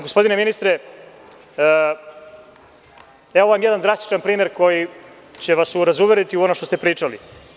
Gospodine ministre, ovo je jedan drastičan primer koji će vas razuveriti u ono što ste pričali.